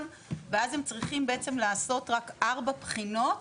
ואז הם צריכים בעצם לעשות רק ארבע בחינות,